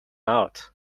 out